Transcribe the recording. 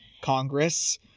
Congress